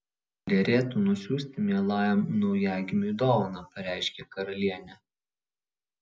derėtų nusiųsti mielajam naujagimiui dovaną pareiškė karalienė